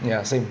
ya same